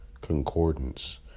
concordance